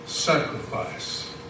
sacrifice